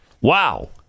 Wow